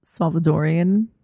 Salvadorian